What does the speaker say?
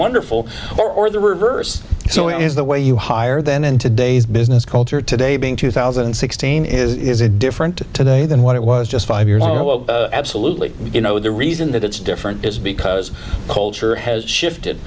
wonderful or the reverse so is the way you hire then in today's business culture today being two thousand and sixteen is a different today than what it was just five years absolutely you know the reason that it's different is because